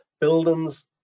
Buildings